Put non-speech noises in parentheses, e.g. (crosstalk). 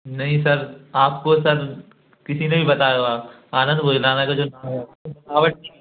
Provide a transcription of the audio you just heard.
नहीं सर आपको सर किसी ने भी बताया हो आनंद भोजनालय (unintelligible)